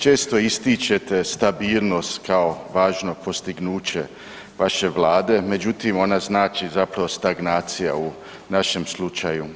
Često ističete stabilnost kao važno postignuće vaše Vlade, međutim ona znači zapravo stagnacija u našem slučaju.